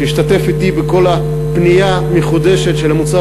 שהשתתף אתי בכל הבנייה המחודשת של המוצר